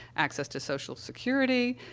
access to social security.